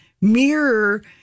mirror